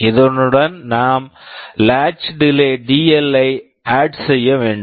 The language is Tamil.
இதனுடன் நாம் latch delay latch delay dL ஐ ஆட் add செய்ய வேண்டும்